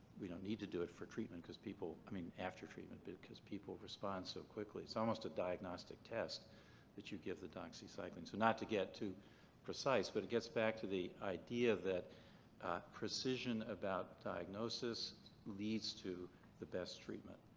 we don't need to do it for treatment, because people. i mean, after treatment, because people respond so quickly. it's almost a diagnostic test that you give the doxycycline. so not to get too precise, but it gets back to the idea that precision about diagnosis leads to the best treatment.